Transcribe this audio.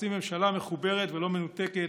רוצים ממשלה מחוברת ולא מנותקת,